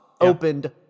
opened